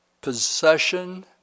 possession